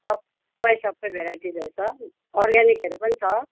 सबै सबै भेराइटिजहरू छ अर्ग्यानिकहरू पनि छ